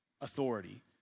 authority